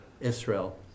Israel